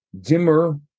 dimmer